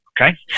Okay